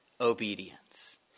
obedience